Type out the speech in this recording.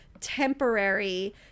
temporary